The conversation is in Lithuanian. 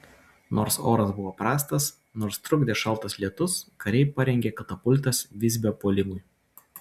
nors oras buvo prastas nors trukdė šaltas lietus kariai parengė katapultas visbio puolimui